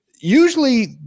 Usually